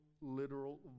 literal